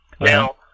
Now